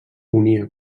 unia